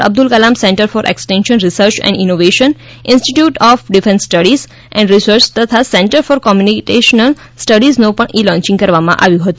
Abdul Kalam centre for extension research and innovation institute of defence studies and research તથા centre for computational સ્ટડીઝનો પણ e launching કરવામાં આવ્યો હતો